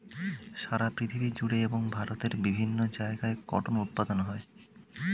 সারা পৃথিবী জুড়ে এবং ভারতের বিভিন্ন জায়গায় কটন উৎপাদন হয়